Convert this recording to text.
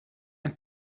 een